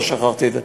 לא שכחתי את זה.